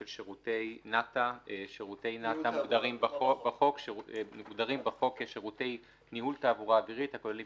"של שירותי נת"א המוגדרים בחוק כשירותי ניהול תעבורה אווירית הכוללת